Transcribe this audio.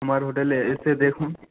আমার হোটেলে এসে দেখুন